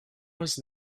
was